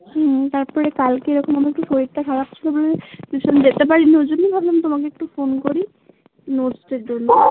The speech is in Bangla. হুম তার পরে কালকে এরকম আমার একটু শরীরটা খারাপ ছিল বলে টিউশন যেতে পারিনি ওই জন্যই ভাবলাম তোমাকে একটু ফোন করি নোটসের জন্য